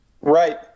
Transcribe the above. Right